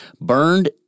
burned